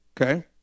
okay